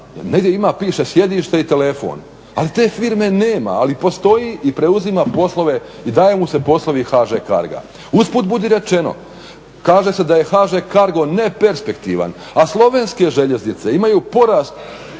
negdje piše sjedište i telefon. Ali te firme nema, ali postoji i preuzima poslove i daju mu se poslovi HŽ carga. Usput budi rečeno kaže se da je HŽ cargo neperspektivan, a slovenske željeznice imaju porast